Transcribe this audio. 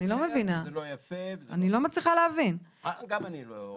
וגם אני הולכת להעלות את הסוגיה של שכר מינימום -- למה לא הצבעתם נגד?